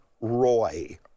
Roy